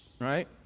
Right